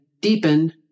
deepen